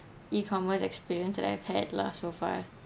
E-commerce experience that I've had lah so far